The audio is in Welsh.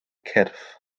cyrff